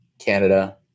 Canada